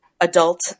adult